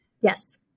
Yes